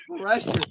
pressure